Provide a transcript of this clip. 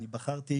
אני בחרתי